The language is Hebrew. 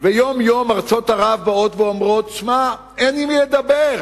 ויום-יום ארצות ערב באות ואומרות אין עם לדבר?